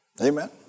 Amen